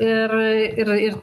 ir ir ir